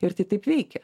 ir tai taip veikia